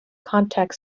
contact